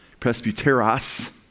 presbyteros